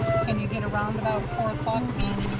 can you get around about four o'clock, pete?